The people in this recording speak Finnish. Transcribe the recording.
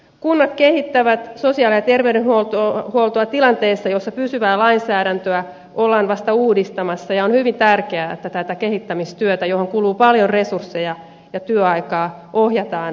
kunnat kehittävät sosiaali ja terveydenhuoltoa tilanteessa jossa pysyvää lainsäädäntöä ollaan vasta uudistamassa ja on hyvin tärkeää että tätä kehittämistyötä johon kuluu paljon resursseja ja työaikaa ohjataan oikeaan suuntaan